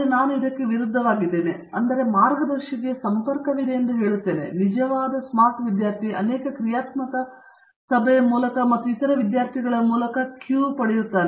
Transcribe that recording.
ನಾನು ಇದಕ್ಕೆ ವಿರುದ್ಧವಾಗಿದ್ದೇನೆ ಹೌದು ಮಾರ್ಗದರ್ಶಿಗೆ ಸಂಪರ್ಕವಿದೆ ಎಂದು ನಾನು ಹೇಳುತ್ತೇನೆ ಮತ್ತು ನಿಜವಾದ ಸ್ಮಾರ್ಟ್ ವಿದ್ಯಾರ್ಥಿ ಅನೇಕ ಕ್ರಿಯಾತ್ಮಕ ಸಭೆಯ ಮೂಲಕ ಮತ್ತು ಇತರ ವಿದ್ಯಾರ್ಥಿಗಳ ಸಭೆಗಳ ಮೂಲಕ ಕ್ಯೂ ಪಡೆಯುತ್ತಾನೆ